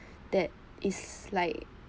that is like